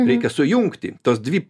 reikia sujungti tos dvi